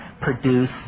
produce